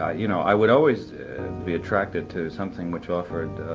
ah you know, i would always be attracted to something which offered